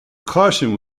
caution